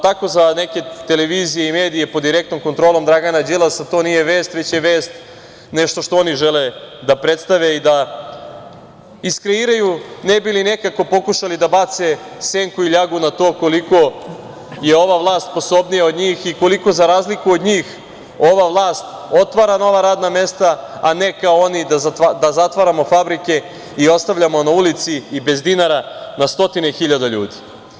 Tako za neke televizije i medije pod direktnom kontrolom Dragana Đilasa to nije vest, već je vest nešto što oni žele da predstave i da iskreiraju, ne bi nekako pokušali da bave senku i ljagu na to koliko je ova vlast sposobnija od njih i koliko za razliku od njih ova vlast otvara nova radna mesta, a ne kao oni da zatvaramo fabrike i ostavljamo na ulici i bez dinara na stotine hiljade ljudi.